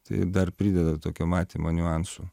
tai dar prideda tokio matymo niuansų